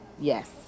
Yes